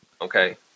Okay